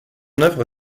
œuvre